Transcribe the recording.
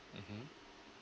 mmhmm